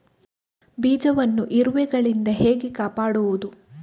ಬೀಜವನ್ನು ಇರುವೆಗಳಿಂದ ಹೇಗೆ ಕಾಪಾಡುವುದು?